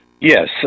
Yes